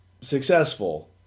successful